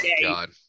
God